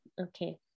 Okay